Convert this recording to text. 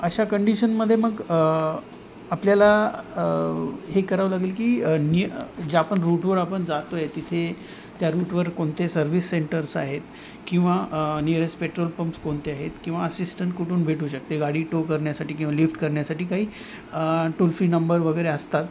अशा कंडिशनमध्ये मग आपल्याला हे करावं लागेल की निय ज्या आपण रूटवर आपण जातो आहे तिथे त्या रूटवर कोणते सर्वीस सेंटर्स आहेत किंवा निअरेस्ट पेट्रोल पं्प्स कोणते आहेत किंवा असिस्टंट कुठून भेटू शकते गाडी टो करण्यासाठी किंवा लिफ्ट करण्यासाठी काही टोल फ्री नंबर वगैरे असतात